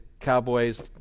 cowboys